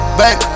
back